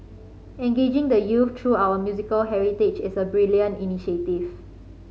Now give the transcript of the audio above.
engaging the youth through our musical heritage is a brilliant initiative